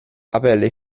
apelle